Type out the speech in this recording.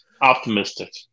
optimistic